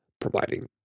providing